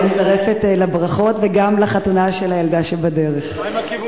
אני מצטרפת לברכות, גם לחתונה של הילדה, שבדרך.